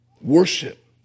Worship